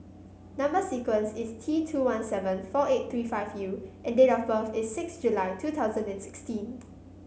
number sequence is T two one seven four eight three five U and date of birth is six July two thousand and sixteen